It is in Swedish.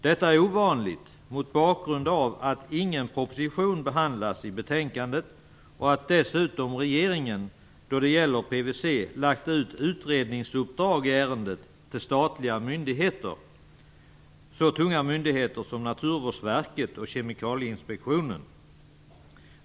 Detta är ovanligt mot bakgrund av att ingen proposition behandlas i betänkandet och att regeringen dessutom, då det gäller PVC, lagt ut utredningsuppdrag i ärendet till statliga myndigheter. Det gäller så tunga myndigheter som Naturvårdsverket och Kemikalieinspektionen.